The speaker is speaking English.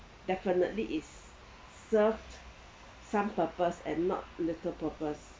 definitely it's served some purpose and not little purpose